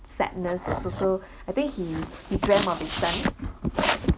sadness and also I think he he dreamt of his son